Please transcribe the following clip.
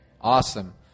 awesome